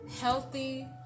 healthy